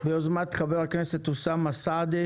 ביוזמת חבר הכנסת אוסאמה סעדי,